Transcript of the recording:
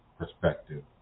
perspective